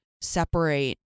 separate